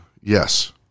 Yes